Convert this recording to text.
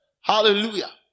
Hallelujah